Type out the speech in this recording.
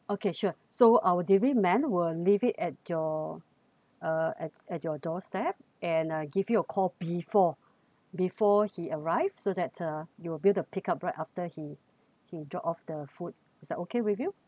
okay sure so our delivery man will leave it at your uh at at your doorstep and uh give you a call before before he arrived so that uh you will be the pick up right after he he drop off the food is that okay with you